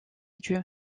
due